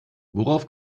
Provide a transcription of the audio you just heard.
worauf